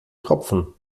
tropfen